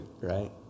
right